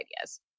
ideas